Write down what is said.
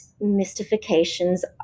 mystifications